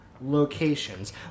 locations